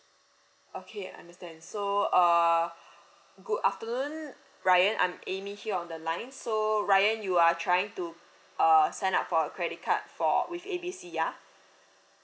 okay I understand so uh good afternoon ryan I'm amy here on the line so ryan you are trying to uh sign up for a credit card for with A B C ya